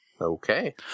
Okay